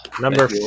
number